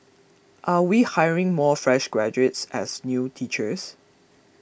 are we hiring more fresh graduates as new teachers